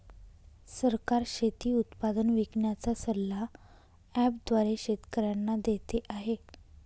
सरकार शेती उत्पादन विकण्याचा सल्ला ॲप द्वारे शेतकऱ्यांना देते आहे